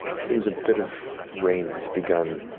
seems a bit of rain has begun